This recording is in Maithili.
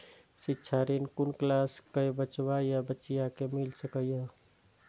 शिक्षा ऋण कुन क्लास कै बचवा या बचिया कै मिल सके यै?